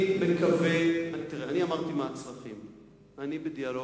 אני בדיאלוג.